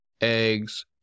eggs